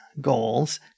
goals